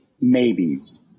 maybes